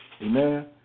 Amen